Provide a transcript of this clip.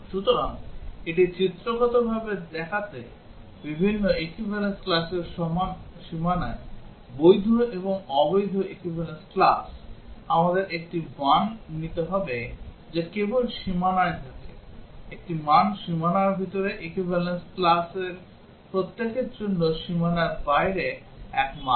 সুতরাং এটি চিত্রগতভাবে দেখাতে বিভিন্ন equivalence classর সীমানায় বৈধ এবং অবৈধ equivalence class আমাদের একটি মান নিতে হবে যা কেবল সীমানায় থাকে একটি মান সীমানার ভিতরে equivalence classর প্রত্যেকের জন্য সীমানার বাইরে এক মান